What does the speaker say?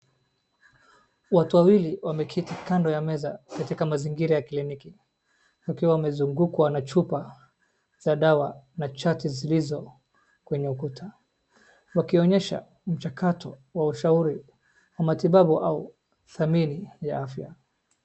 Watu wawili wameketi kando ya meza katika mazingira ya kliniki wakiwa wamzungukwa na chupa za dawa na chati zilizo kwenye ukuta wakionyesha mchakato wa ushauri wa matibabu au dhamini ya aya.